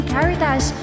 Caritas